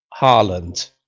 Haaland